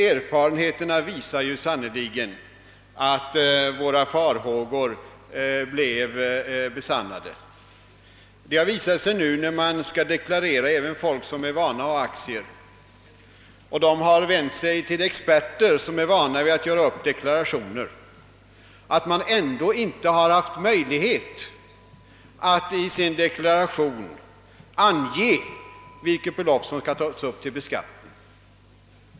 Erfarenheterna visar sannerligen att våra farhågor blev besannade! Det har visat sig när man nu skall deklarera att även folk som bru kar ha aktier har vänt sig till experter som är vana vid att göra upp deklarationer men att det ändå inte varit möjligt att i deklarationen ange vilket belopp som bort upptagas till beskattning.